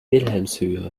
wilhelmshöhe